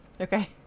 Okay